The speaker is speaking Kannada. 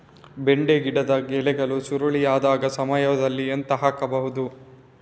ಬೆಂಡೆ ಗಿಡದ ಎಲೆಗಳು ಸುರುಳಿ ಆದಾಗ ಸಾವಯವದಲ್ಲಿ ಎಂತ ಹಾಕಬಹುದು?